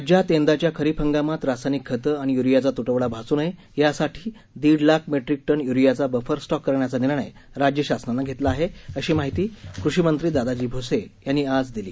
राज्यात यंदाच्या खरीप हंगामात रासायनिक खतं आणि यूरीयाचा तुटवडा भासू नये यासाठी दीड लाख मेट्रिक टन यूरीयाचा बफर स्टॉक करण्याचा निर्णय राज्य शासनानं घेतला आहे अशी माहिती कृषीमंत्री दादाजी भूसे यांनी आज दिली